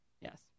Yes